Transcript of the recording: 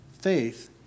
Faith